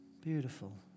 Beautiful